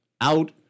out